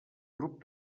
grup